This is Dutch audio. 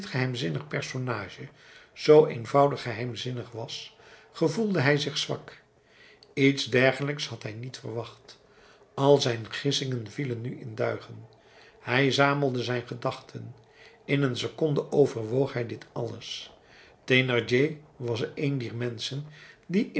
geheimzinnig personage zoo eenvoudig geheimzinnig was gevoelde hij zich zwak iets dergelijks had hij niet verwacht al zijn gissingen vielen nu in duigen hij zamelde zijn gedachten in een seconde overwoog hij dit alles thénardier was een dier menschen die